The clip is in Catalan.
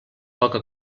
poca